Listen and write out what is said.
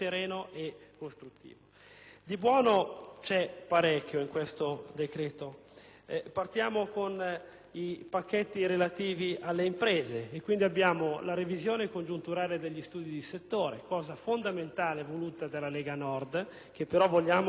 Di buono c'è parecchio in questo decreto. Partiamo dai pacchetti relativi alle imprese. Vi è anzitutto la revisione congiunturale degli studi di settore, aspetto fondamentale voluto dalla Lega Nord, che però vogliamo si sostanzi